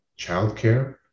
childcare